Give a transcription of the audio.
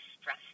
stress